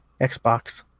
Xbox